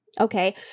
Okay